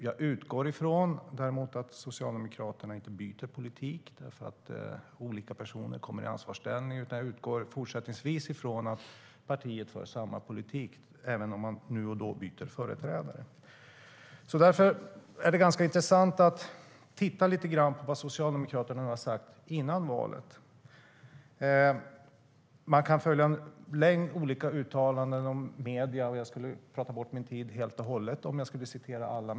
Jag utgår ifrån att Socialdemokraterna inte byter politik för att olika personer kommer i ansvarsställning, utan jag utgår fortsättningsvis ifrån att partiet för samma politik, även om man nu och då byter företrädare. Det är intressant att titta på vad Socialdemokraterna har sagt före valet. Man kan följa en mängd olika uttalanden i medierna, och jag skulle slösa bort min tid helt hållet om jag citerade alla.